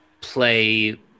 play